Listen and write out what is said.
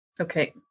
Okay